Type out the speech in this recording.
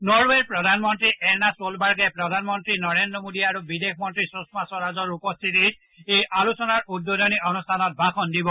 নৰৱেৰ প্ৰধানমন্ত্ৰী এৰ্ণা ছলবাৰ্গে প্ৰধানমন্ত্ৰী নৰেন্দ্ৰ মোদী আৰু বিদেশ মন্ত্ৰী সুষমা স্বৰাজৰ উপস্থিতিত এই আলোচনাৰ উদ্বোধনী অনুষ্ঠানত ভাষণ দিব